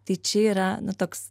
tai čia yra toks